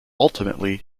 ultimately